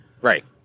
Right